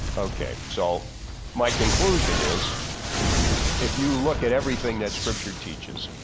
okay, so my conclusion is if you look at everything that scripture teaches.